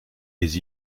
les